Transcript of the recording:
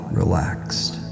relaxed